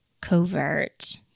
covert